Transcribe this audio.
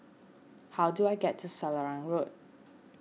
how do I get to Selarang Road